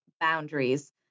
boundaries